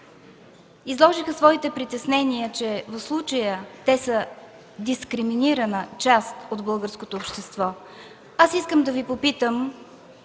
Изложиха своите притеснения, че в случая те са дискриминирана част от българското общество. Искам да Ви попитам: